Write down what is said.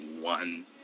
one